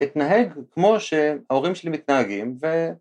‫התנהג כמו שההורים שלי מתנהגים, ו...